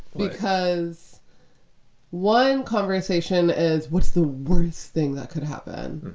because one conversation is what's the worst thing that could happen?